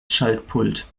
schaltpult